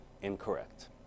incorrect